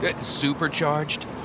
Supercharged